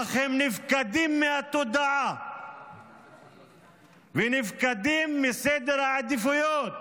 אך הם נפקדים מהתודעה ונפקדים מסדר העדיפויות